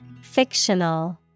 Fictional